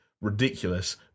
ridiculous